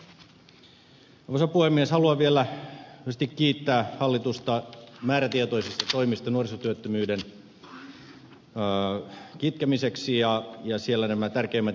haluan vielä erityisesti kiittää hallitusta määrätietoisista toimista nuorisotyöttömyyden kitkemiseksi ja jäi sillä nämä tärkeimmät